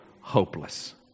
hopeless